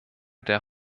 der